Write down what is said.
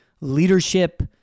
Leadership